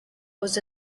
was